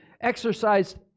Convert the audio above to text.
exercised